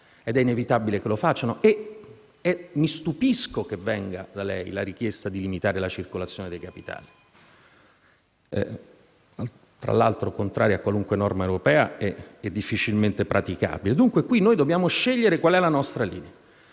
ed è inevitabile che lo facciano. Mi stupisco che venga da lei la richiesta di limitare la circolazione dei capitali (tra l'altro, è contraria a qualunque norma europea e difficilmente praticabile). Dunque dobbiamo scegliere qual è la nostra linea.